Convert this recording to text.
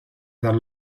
dar